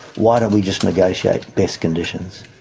why don't we just negotiate best conditions.